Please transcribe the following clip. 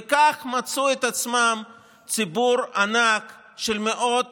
וכך מצאו את עצמם ציבור ענק של מאות